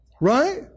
right